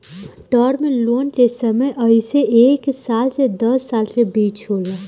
term loan के समय अइसे एक साल से दस साल के बीच होला